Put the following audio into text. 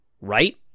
right